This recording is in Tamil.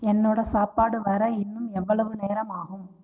என்னோட சாப்பாடு வர இன்னும் எவ்வளவு நேரம் ஆகும்